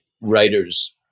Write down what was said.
writers